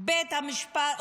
בית המשפט,